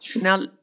Now